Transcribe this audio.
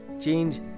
change